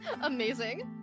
amazing